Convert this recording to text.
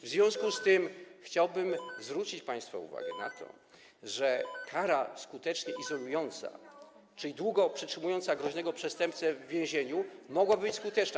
W związku z tym chciałbym zwrócić państwa uwagę na to, że kara skutecznie izolująca, czyli długo przetrzymująca groźnego przestępcę w więzieniu, mogłaby być skuteczna.